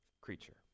creature